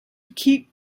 keep